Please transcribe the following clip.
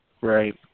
Right